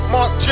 Mark